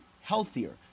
healthier